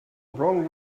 wrong